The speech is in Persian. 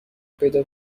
پیدا